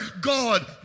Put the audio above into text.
God